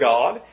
God